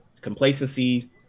complacency